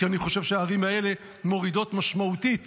כי אני חושב שהערים האלה מורידות משמעותית